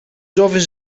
jovens